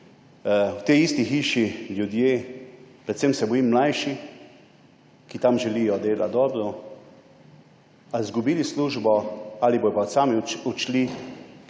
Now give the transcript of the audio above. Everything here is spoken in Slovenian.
v tej isti hiši ljudje, predvsem se bojim, da mlajši, ki tam želijo delati dobro, ali izgubili službo ali bodo pa sami odšli,